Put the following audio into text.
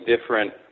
different